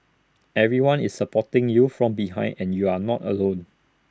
everyone is supporting you from behind and you are not alone